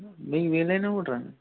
మీకు వీలైనప్పుడు రండి